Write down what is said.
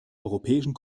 europäischen